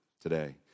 today